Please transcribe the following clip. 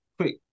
Quick